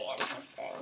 interesting